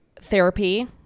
Therapy